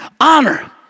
Honor